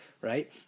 right